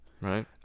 Right